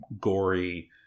Gory